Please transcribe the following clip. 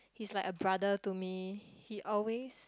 he's like a brother to me he always